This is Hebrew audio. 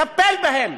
טפל בהם.